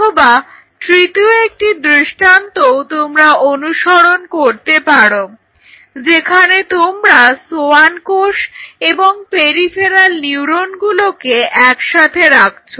অথবা তৃতীয় একটি দৃষ্টান্তও তোমরা অনুসরণ করতে পারো যেখানে তোমরা সোয়ান কোষ এবং পেরিফেরাল নিউরনগুলোকে একসাথে রাখছো